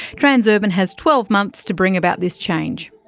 transurban has twelve months to bring about this change.